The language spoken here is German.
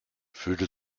fühlte